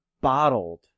bottled